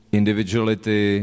individuality